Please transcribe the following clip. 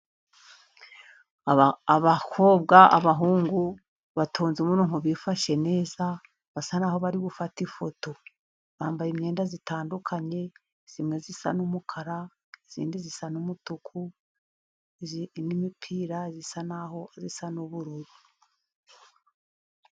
Abakobwa, abahungu batonze umurongo, bifashe neza, basa naho bari gufata ifoto. Bambaye imyenda itandukanye; imwe isa n’umukara, indi isa n’umutuku, n’imipira isa naho isa n’ubururu.